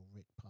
Rick